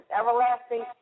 everlasting